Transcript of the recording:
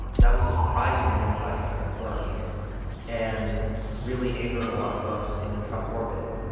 that was a surprising move by senator burr and really angered a lot of folks in the trump orbit.